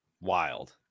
wild